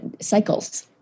cycles